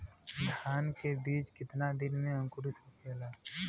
धान के बिज कितना दिन में अंकुरित होखेला?